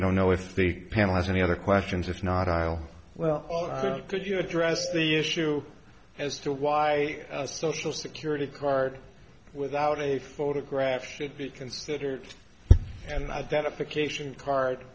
i don't know if the panel has any other questions if not i'll well could you address the issue as to why a social security card without a photograph should be considered an identification card